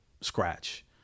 scratch